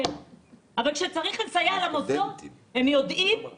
אבל כשצריך לסייע למוסדות, הם יודעים לבקש.